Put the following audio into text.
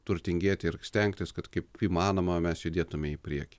turtingėti ir stengtis kad kaip įmanoma mes judėtume į priekį